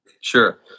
Sure